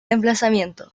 emplazamiento